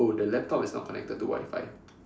oh the laptop is not connected to Wi-Fi